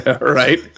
Right